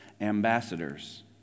ambassadors